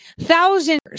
Thousands